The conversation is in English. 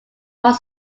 one